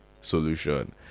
solution